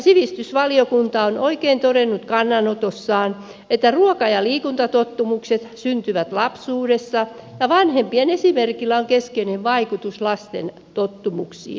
sivistysvaliokunta on oikein todennut kannanotossaan että ruoka ja liikuntatottumukset syntyvät lapsuudessa ja vanhempien esimerkillä on keskeinen vaikutus lasten tottumuksiin